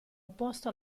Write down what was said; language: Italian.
opposto